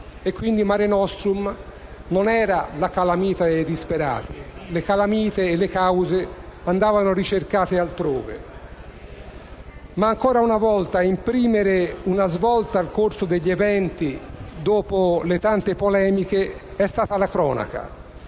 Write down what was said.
Quindi, Mare nostrum non era la calamita dei disperati. Le calamite e le cause andavano ricercate altrove. Ma ancora una volta, a imprimere una svolta al corso degli eventi, dopo le tante polemiche, è stata la cronaca: